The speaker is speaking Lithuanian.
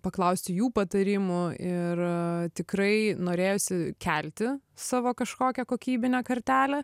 paklausti jų patarimų ir tikrai norėjosi kelti savo kažkokią kokybinę kartelę